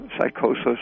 psychosis